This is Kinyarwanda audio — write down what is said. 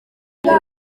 ibyo